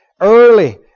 Early